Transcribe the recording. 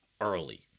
early